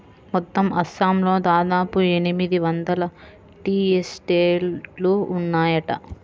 మొత్తం అస్సాంలో దాదాపు ఎనిమిది వందల టీ ఎస్టేట్లు ఉన్నాయట